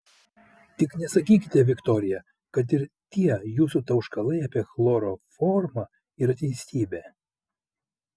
tik nesakykite viktorija kad ir tie jūsų tauškalai apie chloroformą yra teisybė